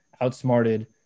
outsmarted